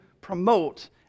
promote